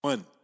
one